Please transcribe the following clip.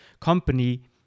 company